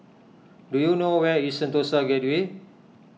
do you know where is Sentosa Gateway